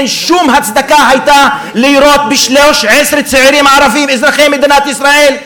לא הייתה שום הצדקה לירות ב-13 צעירים ערבים אזרחי מדינת ישראל.